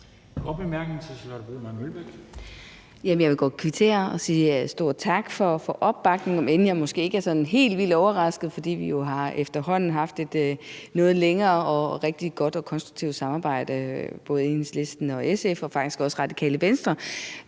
Jeg vil godt kvittere og sige stor tak for opbakningen, om end jeg måske ikke er sådan helt vildt overrasket, fordi vi jo efterhånden har haft et noget længere og rigtig godt og konstruktivt samarbejde både med Enhedslisten og faktisk også med Radikale Venstre.